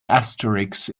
asterisk